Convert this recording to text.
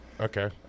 Okay